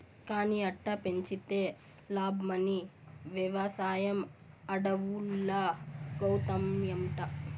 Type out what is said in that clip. కానీ అట్టా పెంచితే లాబ్మని, వెవసాయం అడవుల్లాగౌతాయంట